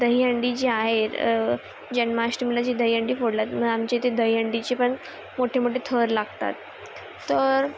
दहीहंडी जी आहे जन्माष्टमीला जी दहीहंडी फोडलात ना आमच्या इथे दहीहंडीचे पण मोठे मोठे थर लागतात तर